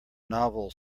novel